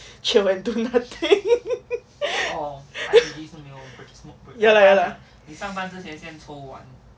chill and do nothing ya lah ya lah